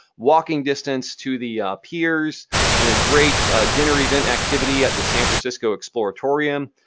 walking distance to the piers and a great dinner event activity at the san francisco exploratorium.